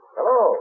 Hello